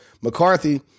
McCarthy